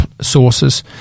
sources